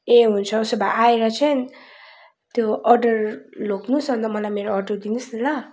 ए हुन्छ उसो भए आएर चाहिँ त्यो अर्डर लानुहोस् अन्त मलाई मेरो अर्डर दिनुहोस् न ल